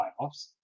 playoffs